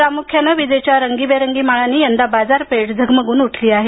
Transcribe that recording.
प्रामुख्यानं विजेच्या रंगीबेरंगी माळांनी यंदा बाजारपेठ झगमगून उठली आहे